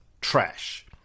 trash